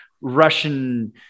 Russian